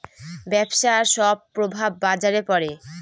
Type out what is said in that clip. ব্যবসার সব প্রভাব বাজারে পড়ে